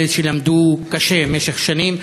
אלה שלמדו קשה במשך שנים,